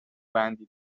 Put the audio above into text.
بندی